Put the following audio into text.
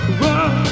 run